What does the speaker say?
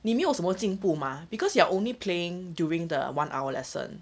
你没有什么进步 mah because you are only playing during the one hour lesson